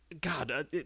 God